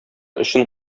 өчен